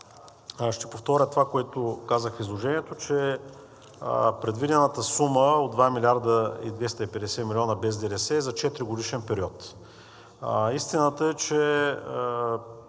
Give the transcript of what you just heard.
Ще повторя това, което казах в изложението, че предвидената сума от 2 милиарда и 250 милиона без ДДС е за четиригодишен период. Истината е, че